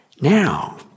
Now